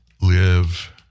live